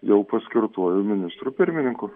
jau paskirtuoju ministru pirmininku